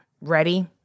ready